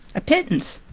a pittance.